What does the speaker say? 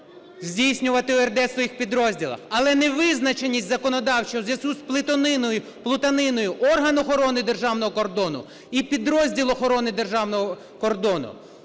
здійснювати ОРД у своїх підрозділах, але невизначеність законодавчого… у зв'язку з плутаниною орган охорони державного кордону і підрозділ охорони державного кордону,